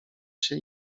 się